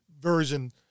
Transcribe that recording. version